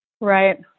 Right